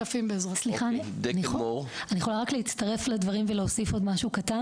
סליחה אני יכולה רק להצטרף לדברים ולהוסיף עוד משהו קטן?